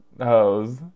hose